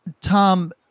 Tom